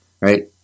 right